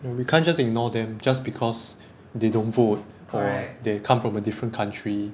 ya we can't just ignore them just because they don't vote or they come from a different country